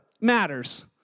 matters